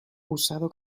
usado